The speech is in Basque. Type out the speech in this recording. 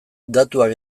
datuak